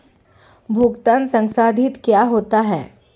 भुगतान संसाधित क्या होता है?